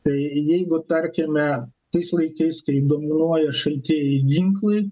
tai jeigu tarkime tais laikais kai dominuoja šaltieji ginklai